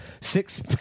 six